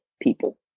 people